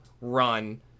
run